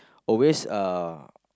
always uh